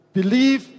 believe